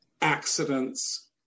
accidents